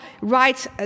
writes